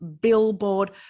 billboard